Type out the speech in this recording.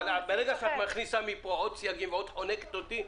אבל ברגע שאת מכניסה מפה עוד סייגים, חונקת אותי.